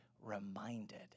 reminded